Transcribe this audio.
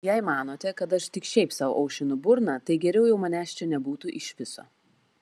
jei manote kad aš tik šiaip sau aušinu burną tai geriau jau manęs čia nebūtų iš viso